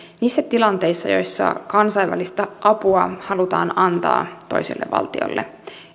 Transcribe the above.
niissä tilanteissa joissa kansainvälistä apua halutaan antaa toiselle valtiolle